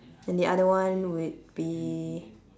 and the other one would be